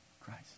Christ